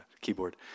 keyboard